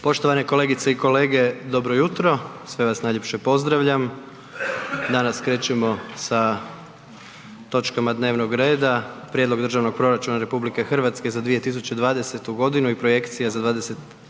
Poštovani kolegice i kolege dobro jutro, sve vas najljepše pozdravljam. Danas krećemo sa točkama dnevnog reda: - Prijedlog Državnog proračuna Republike Hrvatske za 2020. godinu i projekcija za 2021. i